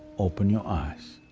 open your eyes.